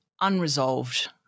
unresolved